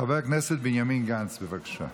חבר הכנסת בנימין גנץ, בבקשה.